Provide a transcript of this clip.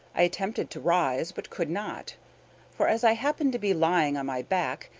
i attempted to rise, but could not for as i happened to be lying on my back,